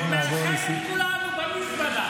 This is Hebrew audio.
הוא מאחד את כולנו במזבלה.